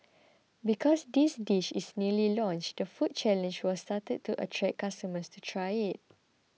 because this dish is newly launched the food challenge was started to attract customers to try it